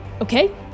Okay